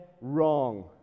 wrong